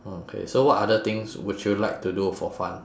okay so what other things would you like to do for fun